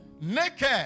naked